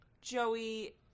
Joey